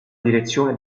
direzione